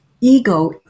Ego